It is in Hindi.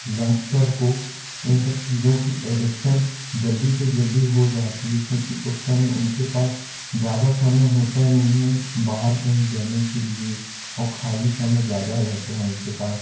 यंगस्टर को इन सब चीज़ों की एडिक्शन जल्दी से जल्दी हो जाती है क्योंकि उस समय उनके पास ज़्यादा समय होता नहीं है बाहर कहीं देने के लिए और खाली समय ज़्यादा रहता है उनके पास